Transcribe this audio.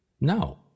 No